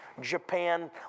Japan